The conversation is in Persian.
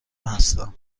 هستم